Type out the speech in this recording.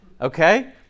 Okay